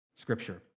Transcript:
scripture